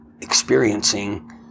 experiencing